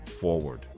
forward